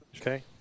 Okay